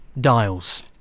Dials